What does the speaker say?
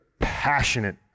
passionate